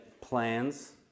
plans